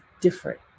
different